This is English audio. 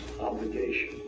obligation